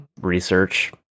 research